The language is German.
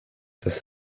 das